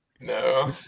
No